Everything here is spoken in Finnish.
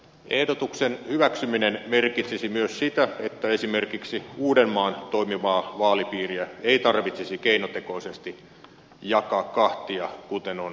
ehdotuksen hyväksyminen merkitsisi myös sitä että esimerkiksi uudenmaan toimivaa vaalipiiriä ei tarvitsisi keinotekoisesti jakaa kahtia kuten on spekuloitu